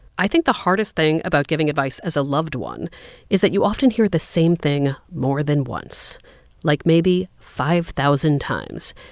i think the hardest thing about giving advice as a loved one is that you often hear the same thing more than once like maybe five thousand times.